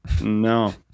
No